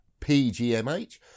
pgmh